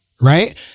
right